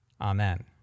Amen